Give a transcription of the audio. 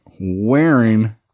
wearing